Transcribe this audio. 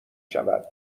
شود